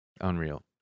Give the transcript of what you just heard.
Unreal